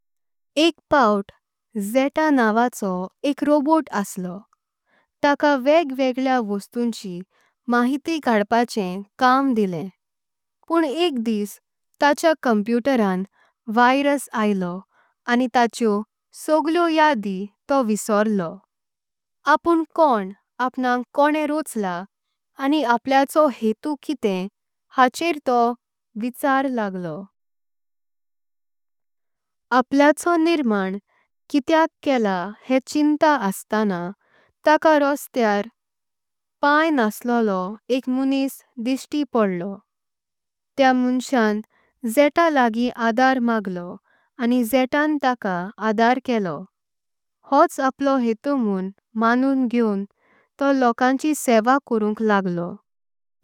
एक पाव्त जेटा नावाचो एक रोबोट असलो ताका वेग। वेळ्लया वस्तूंची माहिती काडपाचे काम दिलें पण एक दिस। ताच्या कॉम्प्युटरान व्हायरस आयलो आनी ताचेओ सगळेओ। यादि तो विसरलो आपण कोण आपणाक कोन्ने रोचलां आनी। आपलयाचो हेतु कितेम हाचेर तो विचार लागलो आपलयाचो। निर्मांद कित्याक केला हेम चिंता अस्ताना तका रोस्तेआर। तका पाय नसलोंलो एक माणूस दिश्टी पड्लो त्या मोंसान। जेटा लागिं आधार मागलो आनी जेटां आधार केलो। होंच आपलो हेतु म्हों मंदूं तो लोकांची सेवा करुंक लागलो।